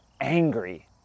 angry